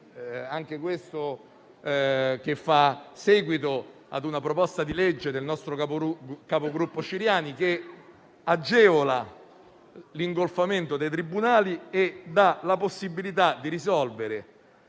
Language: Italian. penali, che fa seguito ad una proposta di legge del nostro capogruppo Ciriani, volta ad alleviare l'ingolfamento dei tribunali e dare la possibilità di risolvere